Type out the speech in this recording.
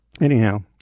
Anyhow